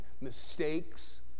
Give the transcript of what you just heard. mistakes